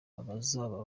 abazaba